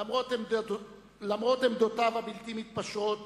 למרות עמדותיו הבלתי מתפשרות